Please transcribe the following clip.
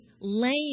lame